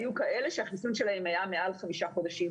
היו כאלה שהחיסון שלהם היה מעל חמישה חודשים